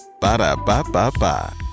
Ba-da-ba-ba-ba